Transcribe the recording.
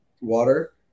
water